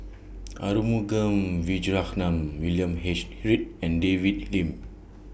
Arumugam Vijiaratnam William H Read and David Lim